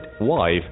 wife